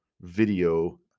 video